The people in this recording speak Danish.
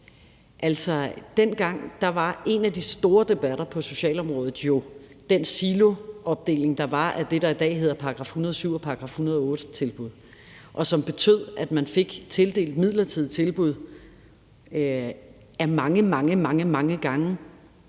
og dengang var en af de store debatter på socialområdet jo altså den siloopdeling, der var af det, der i dag hedder § 107-tilbud og § 108-tilbud. Det betød, at man fik tildelt midlertidige tilbud mange, mange gange uden